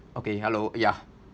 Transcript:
okay hello ya